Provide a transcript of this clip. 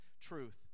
truth